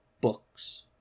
Books